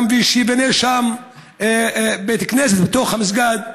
גם, ושייבנה שם בית כנסת בתוך המסגד.